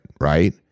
right